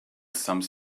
some